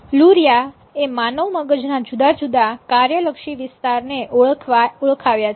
Luria એ માનવ મગજના જુદા જુદા કાર્યલક્ષી વિસ્તાર ને ઓળખાવ્યા છે